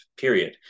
period